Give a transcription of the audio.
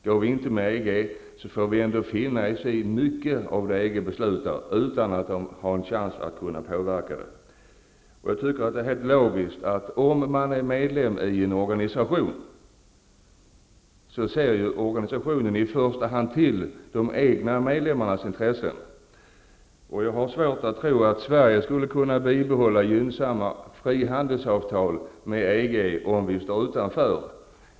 Går Sverige inte med i EG, kommer Sverige ändå att få finna sig i mycket av det EG beslutar utan att ha någon chans att påverka situationen. Helt logiskt följer att en organisation i första hand ser till de egna medlemmarnas intressen. Jag har svårt att tro att Sverige skulle kunna bibehålla gynnsamma frihandelsavtal med EG om landet står utanför.